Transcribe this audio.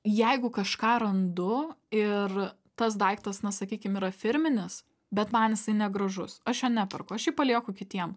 jeigu kažką randu ir tas daiktas na sakykim yra firminis bet man jisai negražus aš jo neperku aš jį palieku kitiem